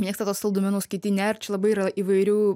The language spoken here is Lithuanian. mėgsta tuos saldumynus kiti ne ir čia labai yra įvairių